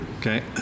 Okay